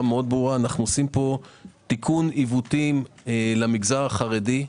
מאוד ברורה - אנו עושים פה תיקון עיוותים למגזר החרדי,